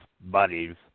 buddies